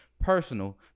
personal